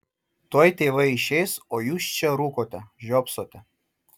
tuoj tėvai išeis o jūs čia rūkote žiopsote